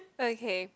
okay